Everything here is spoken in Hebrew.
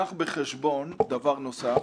קח בחשבון דבר נוסף,